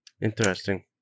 Interesting